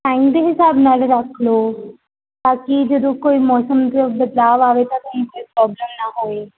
time ਦੇ ਹਿਸਾਬ ਨਾਲ ਰੱਖ ਲਓ ਤਾਂ ਕਿ ਜਦੋਂ ਕੋਈ ਮੌਸਮ 'ਚ ਬਦਲਾਅ ਆਵੇ ਤਾਂ ਤੁਹਾਨੂੰ ਕੋਈ ਪ੍ਰੋਬਲਮ ਨਾ ਹੋਵੇ